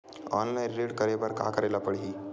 Online ऋण करे बर का करे ल पड़हि?